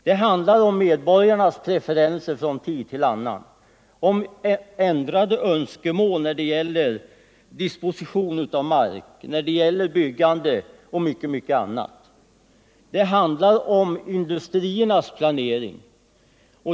Det handlar om medborgarnas preferenser från tid till annan, om ändrade önskemål när det gäller disposition av mark, byggande och mycket annat. Det handlar vidare om industriernas planering.